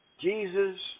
jesus